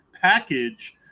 package